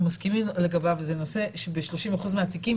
שאנחנו מסכימים לגביו זה הנושא שב-30% מהתיקים,